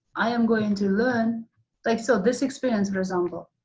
i am going to learn like so this experience for example,